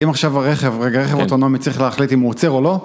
אם עכשיו הרכב, רגע, כן. רכב אוטונומי צריך להחליט אם הוא עוצר או לא?